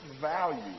value